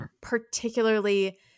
particularly